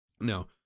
Now